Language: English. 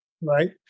Right